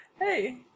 Hey